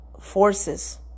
forces